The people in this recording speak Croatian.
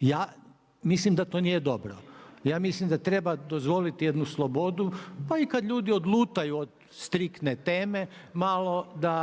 Ja mislim da to nije dobro, ja mislim da treba dozvoliti jednu slobodu, pa i kad ljudi odlutaju od striktne teme malo da